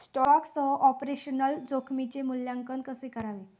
स्टॉकसह ऑपरेशनल जोखमीचे मूल्यांकन कसे करावे?